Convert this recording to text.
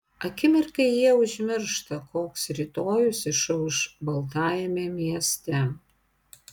akimirkai jie užmiršta koks rytojus išauš baltajame mieste